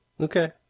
Okay